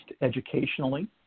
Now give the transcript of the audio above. educationally